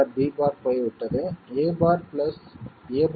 b' போய்விட்டது a' a'